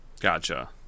Gotcha